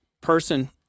person